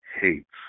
hates